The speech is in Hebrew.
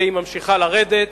והיא ממשיכה לרדת.